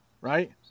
right